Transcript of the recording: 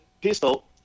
pistol